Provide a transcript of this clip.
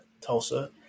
Tulsa